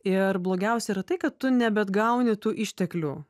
ir blogiausia yra tai kad tu nebeatgauni tų išteklių